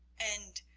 and,